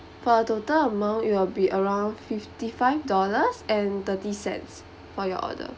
for a total amount it'll be around fifty five dollars and thirty cents for your order